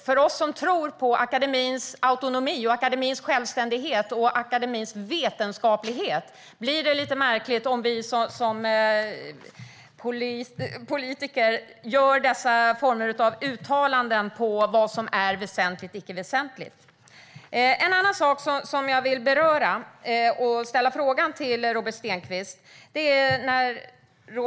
För oss som tror på akademins autonomi, akademins självständighet och akademins vetenskaplighet blir det lite märkligt om vi som politiker gör denna typ av uttalanden om vad som är väsentligt och icke väsentligt. Jag vill beröra en annan sak och ställa en fråga till Robert Stenkvist.